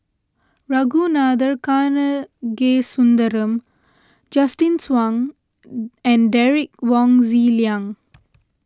Ragunathar Kanagasuntheram Justin Zhuang and Derek Wong Zi Liang